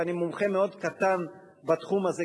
ואני מומחה מאוד קטן בתחום זה,